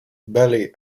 bally